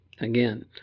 Again